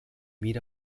meet